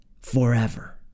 forever